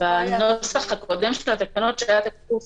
בנוסח הקודם של התקנות, שהיה תקף